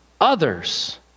others